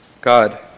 God